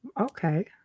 Okay